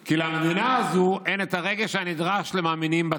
כי למדינה הזו אין הרגש הנדרש למאמינים בתורה.